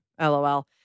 LOL